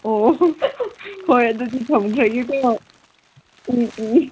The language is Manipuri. ꯑꯣ ꯍꯣꯏ ꯑꯗꯨꯗꯤ ꯊꯝꯈ꯭ꯔꯒꯦꯀꯣ ꯎꯝ ꯎꯝ